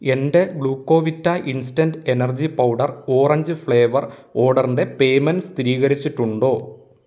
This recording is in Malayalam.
എന്റെ Glucovita instant energy powder orange flavour ഓർഡറിന്റെ പേയ്മെന്റ് സ്ഥിരീകരിച്ചിട്ടുണ്ടോ